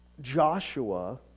Joshua